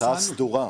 יש לנו הצעה סדורה,